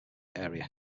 area